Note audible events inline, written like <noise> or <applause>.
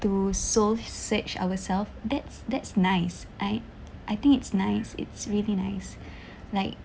to soul search ourselves that's that's nice I I think it's nice it's really nice <breath> like